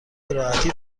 بهراحتی